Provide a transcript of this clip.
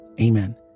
Amen